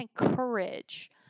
encourage